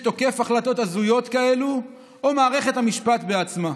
מי שתוקף החלטות הזויות כאלה או מערכת המשפט בעצמה?